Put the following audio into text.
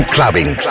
Clubbing